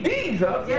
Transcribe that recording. Jesus